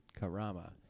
Karama